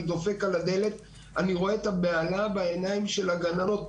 אני דופק על הדלת ואני רואה את הבהלה בעיניים של הגננות,